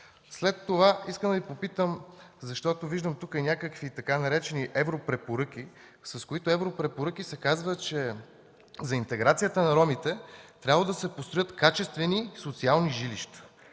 След това искам да Ви попитам, защото тук виждам някакви така наречени „европрепоръки”, с които се казва, че за интеграцията на ромите трябвало да се построят качествени социални жилища: